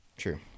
true